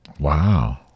Wow